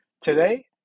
Today